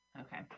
Okay